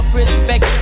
respect